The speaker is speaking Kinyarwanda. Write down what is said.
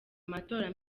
amatora